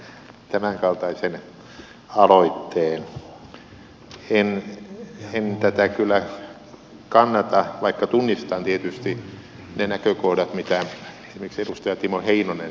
en tätä kyllä kannata vaikka tunnistan tietysti ne näkökohdat mitä esimerkiksi edustaja timo heinonen täällä äsken esitti